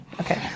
Okay